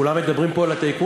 כולם מדברים פה על הטייקונים,